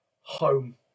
home